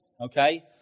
okay